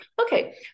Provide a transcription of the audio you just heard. Okay